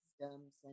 systems